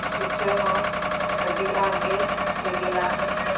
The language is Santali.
ᱯᱤᱴᱷᱟᱹ ᱦᱚᱸ ᱟᱹᱰᱤ ᱟᱸᱴ ᱜᱮ ᱥᱤᱵᱤᱞᱟ